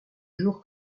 jour